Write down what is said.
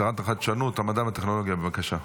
שרת החדשנות, המדע והטכנולוגיה, בבקשה.